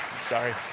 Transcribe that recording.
Sorry